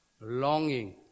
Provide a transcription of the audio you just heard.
longing